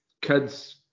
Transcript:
Kids